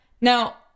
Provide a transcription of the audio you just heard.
Now